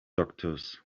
doctors